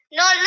no